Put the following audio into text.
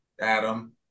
Adam